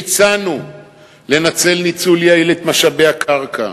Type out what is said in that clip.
והצענו לנצל ניצול יעיל את משאבי הקרקע,